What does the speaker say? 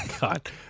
God